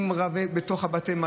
בתוך בתי המלון,